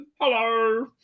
Hello